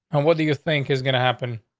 and what do you think is gonna happen?